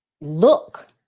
look